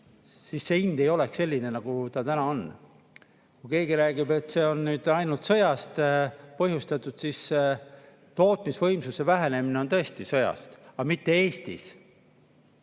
siis see hind ei oleks selline, nagu ta täna on. Kui keegi räägib, et see on ainult sõjast põhjustatud, siis tootmisvõimsuste vähenemine on tõesti sõjast põhjustatud, aga mitte Eestis.